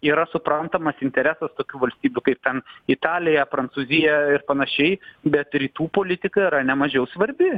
yra suprantamas interesas tokių valstybių kaip ten italija prancūzija ir panašiai bet rytų politika yra ne mažiau svarbi